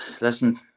listen